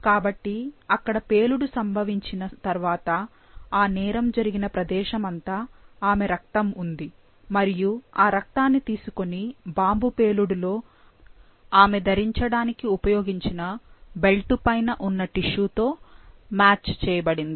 కాబట్టి అక్కడ పేలుడు సంభవించిన తర్వాత ఆ నేరం జరిగిన ప్రదేశం అంతా ఆమె రక్తం ఉంది మరియు ఆ రక్తాన్ని తీసుకుని బాంబు పేలుడులో ఆమె ధరించడానికి ఉపయోగించిన బెల్ట్ పైన ఉన్న టిష్యూ తో మ్యాచ్ చేయబడింది